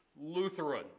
Lutheran